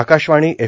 Akashvani F